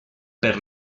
per